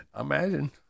imagine